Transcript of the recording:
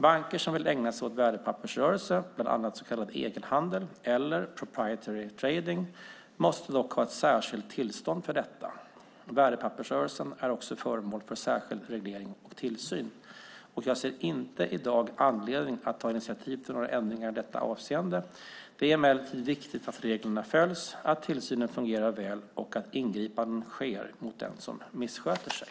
Banker som vill ägna sig åt värdepappersrörelse, bland annat så kallad egenhandel eller proprietary trading, måste dock ha ett särskilt tillstånd för detta. Värdepappersrörelsen är också föremål för särskild reglering och tillsyn. Jag ser i dag inte någon anledning att ta initiativ till några ändringar i detta avseende. Det är emellertid viktigt att reglerna följs, att tillsynen fungerar väl och att ingripanden sker mot den som missköter sig.